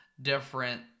different